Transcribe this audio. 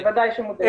ודאי שמודעים לזה.